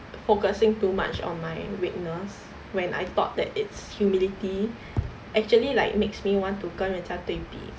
focusing too much on my weakness when I thought that it's humility actually like makes me want to 跟人家对比